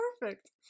perfect